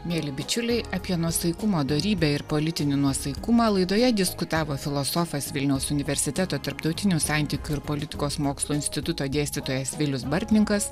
mieli bičiuliai apie nuosaikumo dorybę ir politinį nuosaikumą laidoje diskutavo filosofas vilniaus universiteto tarptautinių santykių ir politikos mokslų instituto dėstytojas vilius bartninkas